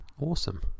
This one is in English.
Awesome